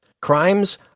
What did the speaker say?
Crimes